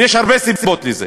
ויש הרבה סיבות לזה: